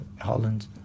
Holland